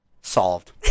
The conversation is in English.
solved